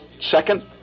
second